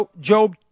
Job